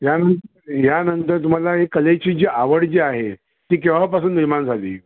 ह्यान ह्यानंतर तुम्हाला ही कलेची जी आवड जी आहे ती केव्हापासून निर्माण झाली